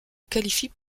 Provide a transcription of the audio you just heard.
qualifie